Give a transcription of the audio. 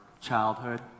childhood